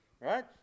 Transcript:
right